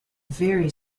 very